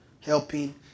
helping